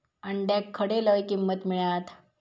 अंड्याक खडे लय किंमत मिळात?